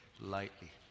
lightly